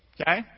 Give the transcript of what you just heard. Okay